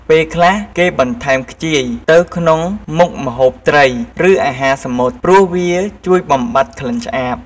ពេលខ្លះគេបន្ថែមខ្ជាយទៅក្នុងមុខម្ហូបត្រី ឬអាហារសមុទ្រ ព្រោះវាជួយបំបាត់ក្លិនឆ្អាប។